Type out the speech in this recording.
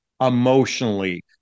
emotionally